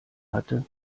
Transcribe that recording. hatte